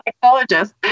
psychologist